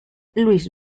luis